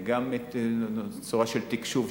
וגם בצורה של תקשוב,